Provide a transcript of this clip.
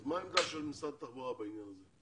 אז מה העמדה של משרד התחבורה בעניין הזה?